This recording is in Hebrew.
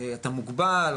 אתה מוגבל,